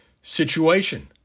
situation